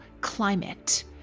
climate